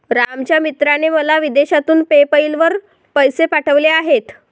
रामच्या मित्राने मला विदेशातून पेपैल वर पैसे पाठवले आहेत